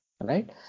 Right